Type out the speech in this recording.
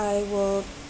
I will